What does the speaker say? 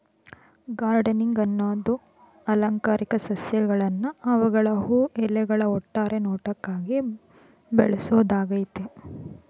gardening ಅನ್ನದು ಅಲಂಕಾರಿಕ ಸಸ್ಯಗಳ್ನ ಅವ್ಗಳ ಹೂ ಎಲೆಗಳ ಒಟ್ಟಾರೆ ನೋಟಕ್ಕಾಗಿ ಬೆಳ್ಸೋದಾಗಯ್ತೆ